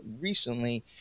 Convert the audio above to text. recently